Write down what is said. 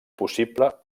possible